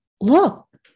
look